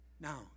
Now